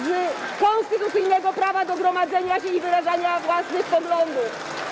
z konstytucyjnego prawa do gromadzenia się i wyrażania własnych poglądów.